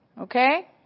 Okay